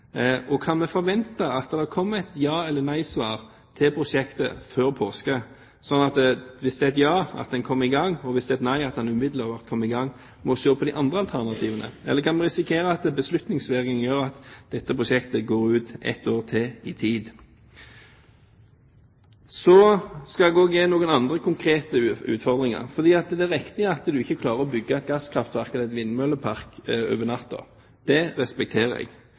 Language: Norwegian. lenge. Kan vi forvente at det kommer et ja-svar eller nei-svar til prosjektet før påske, slik at hvis svaret er ja, kan en komme i gang, og hvis det er nei, kan en umiddelbart komme i gang med å se på de andre alternativene. Eller kan vi risikere at beslutningsvegring gjør at dette prosjektet drar ut et år til i tid? Så skal jeg også gi noen andre konkrete utfordringer. Det er riktig at en ikke klarer å bygge et gasskraftverk eller en vindmøllepark over natten. Det respekterer jeg.